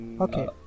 Okay